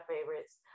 favorites